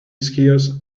skiers